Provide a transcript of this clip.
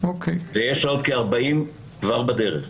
ויש עוד כ-40 כבר בדרך.